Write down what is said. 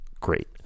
great